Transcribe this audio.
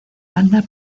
banda